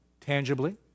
tangibly